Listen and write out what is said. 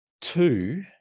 Two